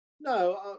No